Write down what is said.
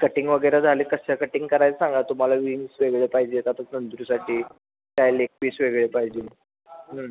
cutting वगैरे झाले कशा कटिंग करायचं सांगा तुम्हाला विंग्स वेगळे पाहिजे आता तंदूरीसाठी काय लेग पीस वेगळे पाहिजे